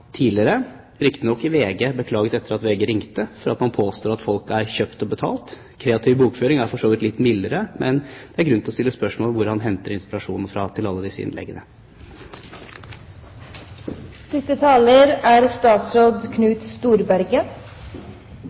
tidligere – riktignok i VG, etter at VG ringte – har måttet beklage at man har påstått at folk er kjøpt og betalt. «Kreativ bokføring» er for så vidt litt mildere, men det er grunn til å stille spørsmål om hvor han henter inspirasjon fra til alle disse innleggene. Det er